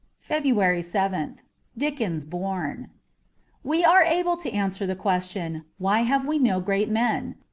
february seventh dickens born we are able to answer the question, why have we no great men?